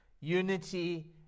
unity